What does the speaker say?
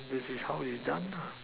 which is how it is done lah